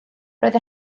roedd